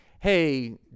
hey